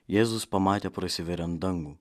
jėzus pamatė prasiverian dangų